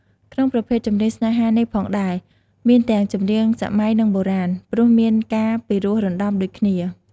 ក្នុងប្រភេទចម្រៀងស្នេហានេះផងដែលមានទាំងចម្រៀងសម័យនិងបុរាណ ព្រោះមានការពិរោះរន្តំដូចគ្នា។